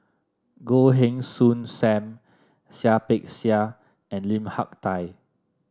Goh Heng Soon Sam Seah Peck Seah and Lim Hak Tai